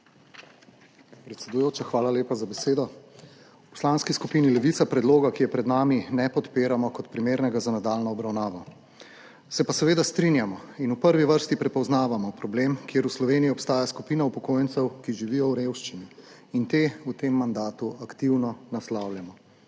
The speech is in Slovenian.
Predsedujoča, hvala lepa za besedo. V Poslanski skupini Levica predloga, ki je pred nami, ne podpiramo kot primernega za nadaljnjo obravnavo. Se pa seveda strinjamo in v prvi vrsti prepoznavamo problem, ker v Sloveniji obstaja skupina upokojencev, ki živi v revščini, in te v tem mandatu aktivno naslavljamo.